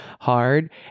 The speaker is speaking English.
hard